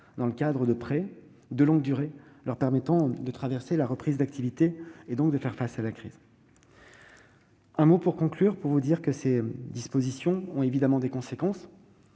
dans le cadre de prêts de longue durée leur permettant de traverser la reprise d'activité, donc de faire face à la crise. De telles dispositions ont évidemment des conséquences.